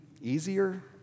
easier